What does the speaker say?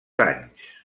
anys